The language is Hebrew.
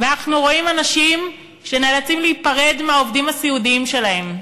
ואנחנו רואים אנשים שנאלצים להיפרד מהעובדים הסיעודיים שלהם,